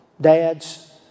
dads